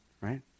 right